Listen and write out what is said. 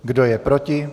Kdo je proti?